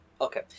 Okay